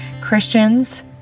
Christians